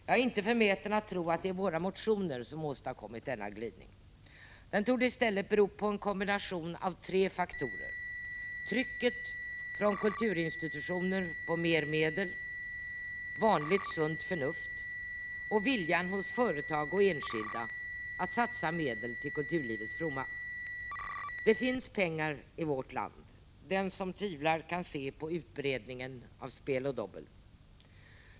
Jag är inte förmäten nog att tro att det är våra motioner som åstadkommit denna glidning; den torde i stället bero på en kombination av tre faktorer: suget från kulturinstitutioner efter mera medel, vanligt sunt förnuft och viljan hos företag och enskilda att satsa medel till kulturlivets fromma. Det finns pengar i vårt land — den som tvivlar kan se på utbredningen av spel och dobbel.